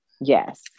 yes